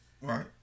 Right